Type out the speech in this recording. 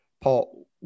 Paul